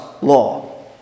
law